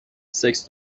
سکس